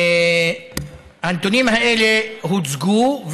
הנתונים האלה הוצגו,